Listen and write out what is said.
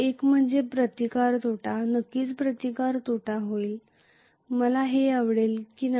एक म्हणजे प्रतिकार तोटा नक्कीच प्रतिकार तोटा होईल मला हे आवडेल की नाही